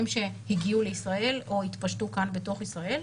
שהגיעו לישראל או התפשטו כאן בתוך ישראל.